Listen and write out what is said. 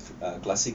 a classic